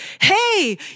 hey